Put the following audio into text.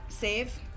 Save